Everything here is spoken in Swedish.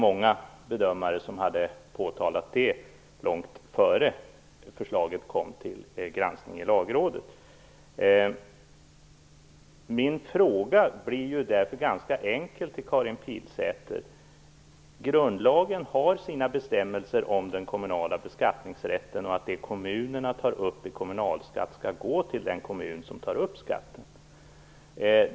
Många bedömare hade påtalat det långt innan förslaget kom till granskning i Lagrådet. Min fråga till Karin Pilsäter blir därför ganska enkel. Grundlagen har sina bestämmelser om den kommunala beskattningsrätten. Det kommunerna tar upp i kommunalskatt skall gå till den kommun som tar upp skatten.